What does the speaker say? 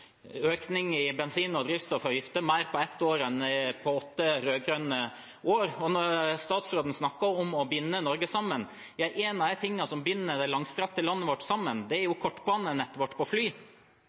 økning i bensin- og drivstoffavgiften – mer på ett år enn på åtte rød-grønne år. Statsråden snakker om å binde Norge sammen. En av de tingene som binder det langstrakte landet vårt sammen, er